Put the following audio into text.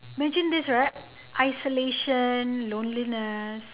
imagine this right isolation loneliness